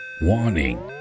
Warning